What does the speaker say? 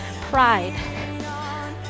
Pride